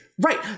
right